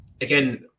again